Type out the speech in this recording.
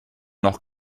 noch